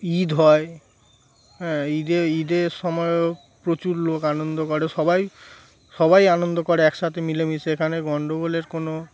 ঈদ হয় হ্যাঁ ঈদে ঈদের সময়েও প্রচুর লোক আনন্দ করে সবাই সবাই আনন্দ করে একসাথে মিলেমিশে এখানে গণ্ডগোলের কোনো